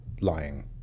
lying